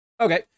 Okay